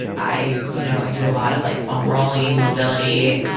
i you know i do a lot of like foam rolling, mobility,